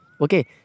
Okay